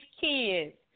kids